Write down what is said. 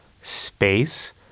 space